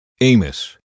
Amos